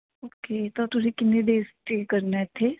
okay ਤਾਂ ਤੁਸੀਂ ਕਿੰਨੀ ਦੇਰ ਸਟੇਅ ਕਰਨਾ ਇੱਥੇ